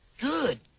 Good